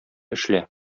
эшлә